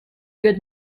good